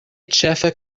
ĉefe